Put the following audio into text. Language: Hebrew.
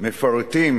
מפרטים